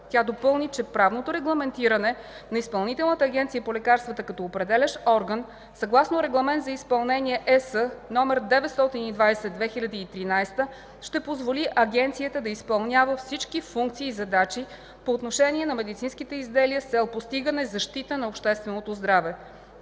Тя допълни, че правното регламентиране на Изпълнителната агенция по лекарствата като определящ орган, съгласно Регламент за изпълнение (ЕС) № 920/2013, ще позволи Агенцията да изпълнява всички функции и задачи по отношение на медицинските изделия, с цел постигане на защита на общественото здраве.